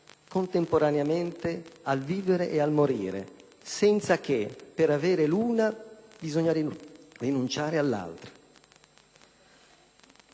contemporaneamente, al vivere e al morire, senza che per avere l'una si debba rinunciare all'altra.